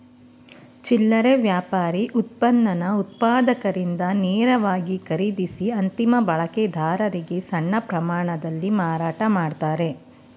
ಚಿಲ್ಲರೆ ವ್ಯಾಪಾರಿ ಉತ್ಪನ್ನನ ಉತ್ಪಾದಕರಿಂದ ನೇರವಾಗಿ ಖರೀದಿಸಿ ಅಂತಿಮ ಬಳಕೆದಾರರಿಗೆ ಸಣ್ಣ ಪ್ರಮಾಣದಲ್ಲಿ ಮಾರಾಟ ಮಾಡ್ತಾರೆ